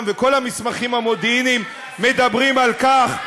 וכל המסמכים המודיעיניים מדברים על כך.